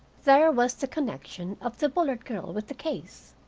there was the connection of the bullard girl with the case.